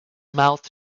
mouth